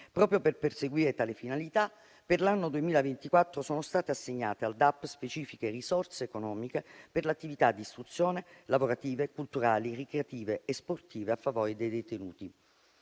Proprio per perseguire tale finalità, per l'anno 2024 sono state assegnate al DAP specifiche risorse economiche per l'attività di istruzione, lavorative, culturali, ricreative e sportive a favore dei detenuti.